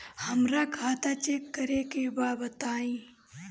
हमरा खाता चेक करे के बा बताई?